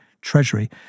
Treasury